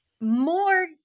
more